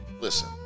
Listen